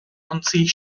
ontzi